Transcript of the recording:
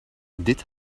dit